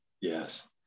Yes